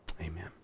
Amen